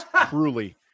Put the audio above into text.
truly